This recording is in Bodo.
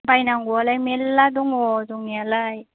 बायनांगौवालाय मेरला दङ दंनायालाय